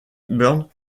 burns